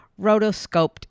rotoscoped